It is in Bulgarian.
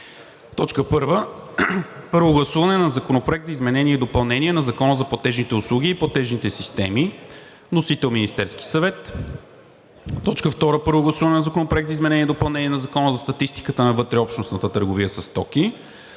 „1. Първо гласуване на Законопроекта за изменение и допълнение на Закона за платежните услуги и платежните системи. Вносител – Министерският съвет. 2. Първо гласуване на Законопроекта за изменение и допълнение на Закона за статистика на вътрешнообщностната търговия със стоки.